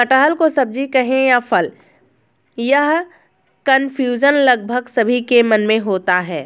कटहल को सब्जी कहें या फल, यह कन्फ्यूजन लगभग सभी के मन में होता है